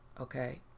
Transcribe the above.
okay